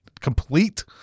complete